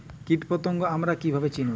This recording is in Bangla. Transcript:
কীটপতঙ্গ আমরা কীভাবে চিনব?